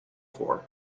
for